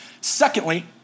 Secondly